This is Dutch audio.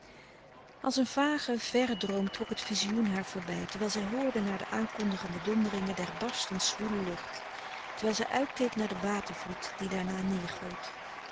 als een vage verre droom trok het vizioen haar voorbij terwijl zij hoorde naar de aankondigende donderingen der barstens zwoele lucht terwijl zij uitkeek naar den watervloed die daarna